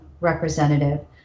representative